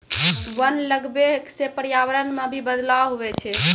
वन लगबै से पर्यावरण मे भी बदलाव हुवै छै